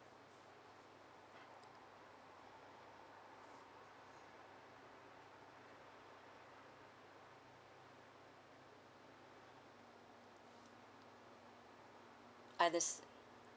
I understand